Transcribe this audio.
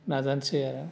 नाजानोसै आरो